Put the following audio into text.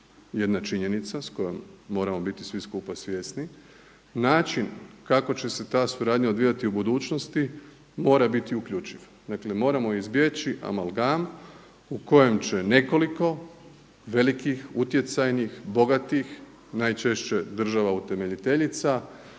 jedna činjenica s kojom moramo biti svi skupa svjesni, način kako će se ta suradnja odvijati u budućnosti mora biti uključiv. Dakle, moramo izbjeći amalgam u kojem će nekoliko velikih, utjecajnih, bogatih najčešće država utemeljiteljica